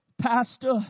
Pastor